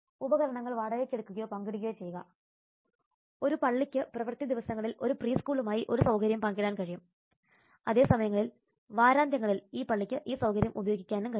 ഉപകരണങ്ങൾ വാടകയ്ക്കെടുക്കുകയോ പങ്കിടുകയോ ചെയ്യുക ഒരു പള്ളിക്ക് പ്രവൃത്തി ദിവസങ്ങളിൽ ഒരു പ്രീ സ്കൂളുമായി ഒരു സൌകര്യം പങ്കിടാൻ കഴിയും അതേ സമയം വാരാന്ത്യങ്ങളിൽ പള്ളിക്ക് ഈ സൌകര്യം ഉപയോഗിക്കാനും കഴിയും